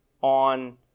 on